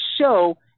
show